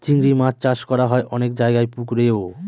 চিংড়ি মাছ চাষ করা হয় অনেক জায়গায় পুকুরেও